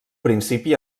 principi